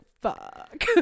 fuck